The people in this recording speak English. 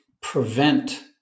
prevent